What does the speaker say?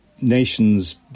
nations